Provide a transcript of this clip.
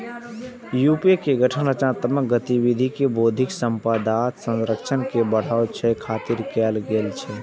विपो के गठन रचनात्मक गतिविधि आ बौद्धिक संपदा संरक्षण के बढ़ावा दै खातिर कैल गेल रहै